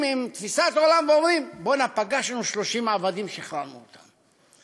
עם תפיסת עולם ואומרים: פגשנו 30 עבדים ושחררנו אותם.